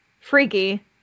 freaky